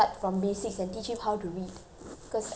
because I think that's more important